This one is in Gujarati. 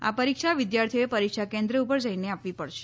આ પરીક્ષા વિદ્યાર્થીઓએ પરીક્ષા કેન્દ્ર ઉપર જઈને આપવી પડશે